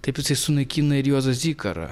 taip jisai sunaikina ir juozą zikarą